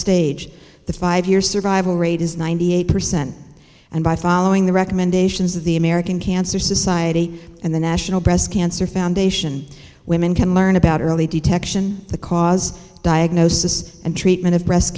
stage the five year survival rate is ninety eight percent and by following the recommendations of the american cancer society and the national breast cancer foundation women can learn about early detection the cause of diagnosis and treatment of breast